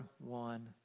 one